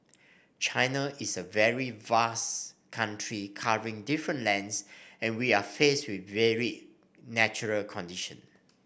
China is a very vast country covering different lands and we are faced with varied natural condition